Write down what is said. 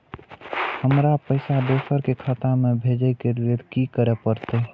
हमरा पैसा दोसर के खाता में भेजे के लेल की करे परते?